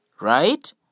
Right